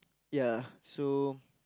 ya so